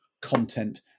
content